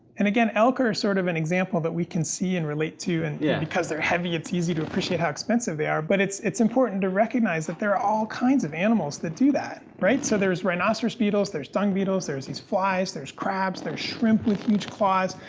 and again, elk are sort of an example that we can see and relate to, and yeah because they're heavy it's easy to appreciate how expensive they are, but it's, it's important to recognize that there are all kind of animals that do that, right? so there's rhinoceros beetles, there's dung beetles, there's flies, there's crabs, there's shrimp with huge claws.